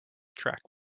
track